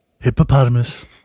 Hippopotamus